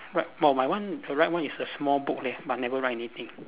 right oh my one right one is a small book leh but never write anything